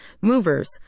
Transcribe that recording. movers